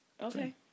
Okay